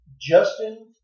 Justin